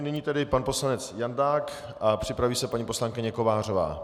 Nyní tedy pan poslanec Jandák, připraví se paní poslankyně Kovářová.